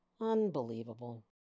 Unbelievable